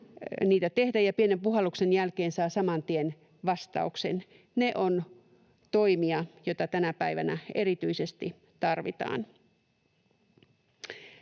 joista pienen puhalluksen jälkeen saa saman tien vastauksen. Ne ovat toimia, joita tänä päivänä erityisesti tarvitaan.